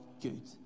good